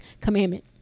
commandment